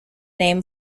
name